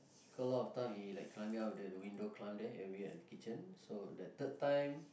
cause a lot time he like climbing out of the window climb there out the kitchen so the third time